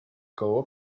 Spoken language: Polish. koło